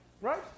right